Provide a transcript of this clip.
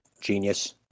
genius